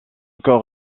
cor